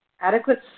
adequate